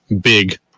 big